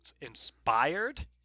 inspired